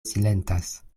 silentas